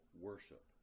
worship